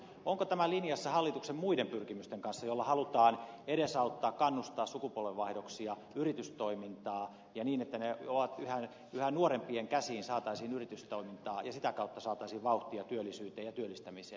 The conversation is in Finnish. onko tämä linjassa hallituksen muiden pyrkimysten kanssa joilla halutaan edesauttaa sukupolvenvaihdoksia yritystoimintaa kannustaa niihin niin että yhä nuorempien käsiin saataisiin yritystoimintaa ja sitä kautta saataisiin vauhtia työllisyyteen ja työllistämiseen